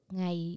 ngày